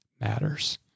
matters